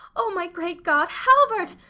oh my great god! halvard!